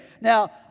Now